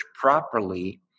properly